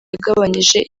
yagabanyije